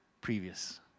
previous